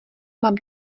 mám